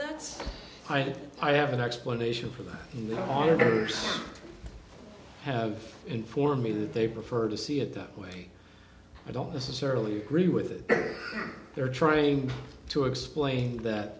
that's why i have an explanation for the monitors have informed me that they prefer to see it that way i don't necessarily agree with it they're trying to explain that